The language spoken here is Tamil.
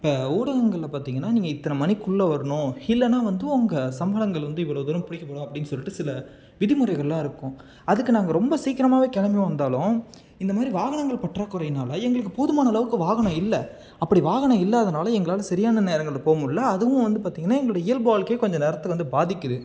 இப்போ ஊடகங்கள்ல பார்த்தீங்கனா நீங்கள் இத்தனை மணிக்குள்ள வரணும் இல்லைனா வந்து உங்கள் சம்பளங்கள் வந்து இவ்வளோ தூரம் பிடிக்கப்படும் அப்படின்ட்டு சொல்லிட்டு சில விதிமுறைகள்லாம் இருக்கும் அதுக்கு நாங்கள் ரொம்ப சீக்கிரமாகவே கிளம்பி வந்தாலும் இந்த மாதிரி வாகனங்கள் பற்றாக்குறையினால எங்களுக்கு போதுமான அளவுக்கு வாகனம் இல்லை அப்படி வாகனம் இல்லாததனால எங்களால சரியான நேரங்கள்ல போக முடியலை அதுவும் வந்து பார்த்திங்கனா எங்களோட இயல்பு வாழ்க்கை கொஞ்சோம் நேரத்துக்கு வந்து பாதிக்குது